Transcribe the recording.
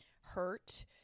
hurt